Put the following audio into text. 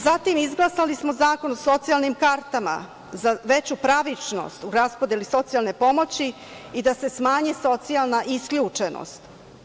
Zatim, izglasali smo Zakon o socijalnim kartama za veću pravičnost u raspodeli socijalne pomoći i da se smanji socijalna isključenost.